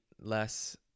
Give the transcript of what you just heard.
less